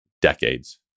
Decades